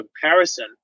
comparison